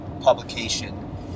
publication